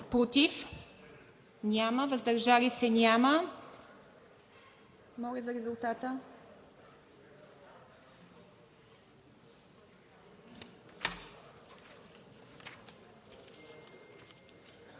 Против? Няма. Въздържали се? Няма. Моля за резултата.